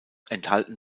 enthalten